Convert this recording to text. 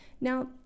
Now